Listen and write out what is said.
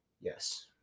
Yes